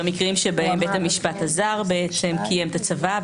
במקרים שבהם בית המשפט הזר קיים את הצוואה,